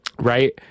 right